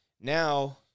Now